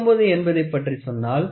49 என்பதைப் பற்றி சொன்னால் அவை 1